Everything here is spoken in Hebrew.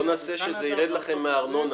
בואו נעשה שזה יירד לכם מהארנונה,